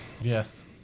Yes